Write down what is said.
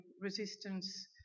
resistance